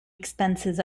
expenses